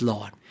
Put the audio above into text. Lord